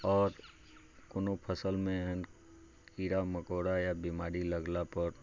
आओर कोनो फसलमे एहन कीड़ा मकोड़ा या बीमारी लगला पर